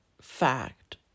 fact